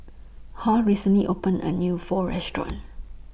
Hall recently opened A New Pho Restaurant